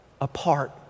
apart